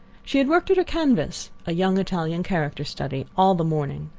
she had worked at her canvas a young italian character study all the morning,